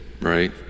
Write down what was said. right